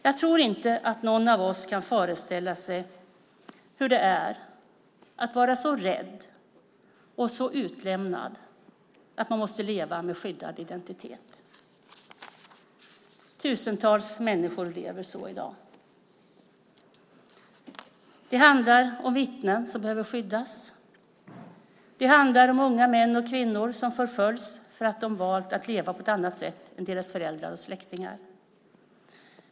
Jag tror inte att någon av oss kan föreställa sig hur det är att vara så rädd och så utlämnad att man måste leva med skyddad identitet. Tusentals människor lever så i dag. Det handlar om vittnen som behöver skyddas. Det handlar om unga män och kvinnor som förföljs för att de har valt att leva på ett annat sätt än deras föräldrar och släktingar.